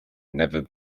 never